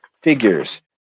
figures